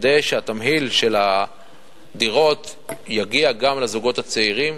כדי שהתמהיל של הדירות יגיע גם לזוגות צעירים.